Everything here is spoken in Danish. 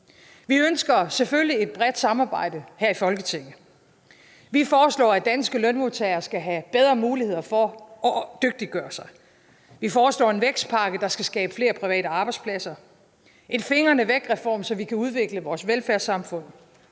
Vi ønsker selvfølgelig et bredt samarbejde her i Folketinget. Vi foreslår, at danske lønmodtagere skal have bedre muligheder for at dygtiggøre sig. Vi foreslår en vækstpakke, der skal skabe flere private arbejdspladser, en fingrene væk-reform, så vi kan udvikle vores velfærdssamfund,